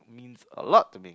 means a lot to me